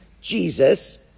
Jesus